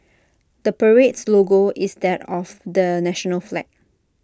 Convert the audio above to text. the parade's logo is that of the national flag